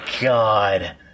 God